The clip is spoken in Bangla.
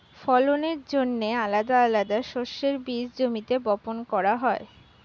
ফলনের জন্যে আলাদা আলাদা শস্যের বীজ জমিতে বপন করা হয়